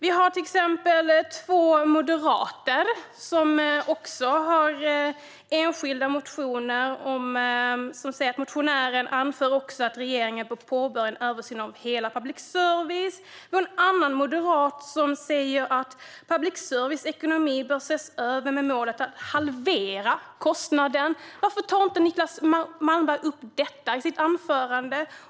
Vi har till exempel enskilda motioner från två moderater, där motionärerna anför att regeringen bör påbörja en översyn av hela public service. En annan moderat säger att public services ekonomi bör ses över med målet att halvera kostnaden. Varför tar inte Niclas Malmberg upp detta i sitt anförande?